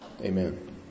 Amen